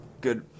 good